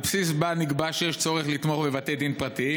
על בסיס מה נקבע שיש צורך לתמוך בבתי דין פרטיים?